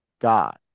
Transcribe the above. God